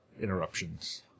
interruptions